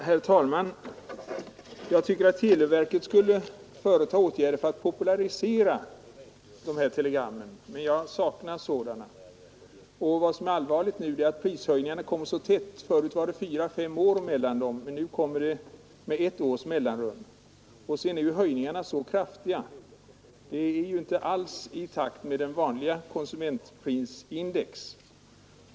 Herr talman! Jag tycker att televerket skulle vidta åtgärder för att popularisera telegrammen, men jag saknar sådana initiativ. Det allvarliga ätt. Förr var det fyra fem år mellan nu är att prishöjningarna kommer så t dem men nu kommer de med ett års mellanrum. Och dessutom är höjningarna så kraftiga — de är inte alls i takt med konsumentprisindex.